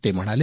ते म्हणाले